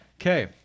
Okay